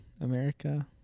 America